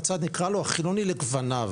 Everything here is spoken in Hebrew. בצד נקרא לו החילוני לגווניו,